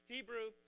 Hebrew